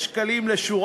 שוב,